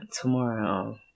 tomorrow